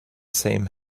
same